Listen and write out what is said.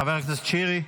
חבר הכנסת שירי,